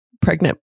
pregnant